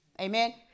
Amen